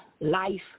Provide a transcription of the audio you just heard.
life